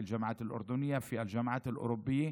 באוניברסיטאות בירדן ובאוניברסיטאות באירופה.